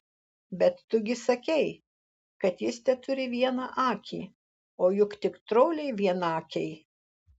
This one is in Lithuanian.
bet tu gi sakei kad jis teturi vieną akį o juk tik troliai vienakiai